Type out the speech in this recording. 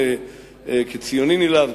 כציוני נלהב,